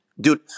dude